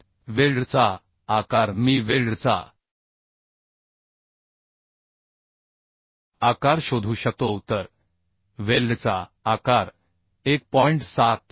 7वेल्डचा आकार मी वेल्डचा आकार शोधू शकतो तर वेल्डचा आकार 1